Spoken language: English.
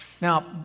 Now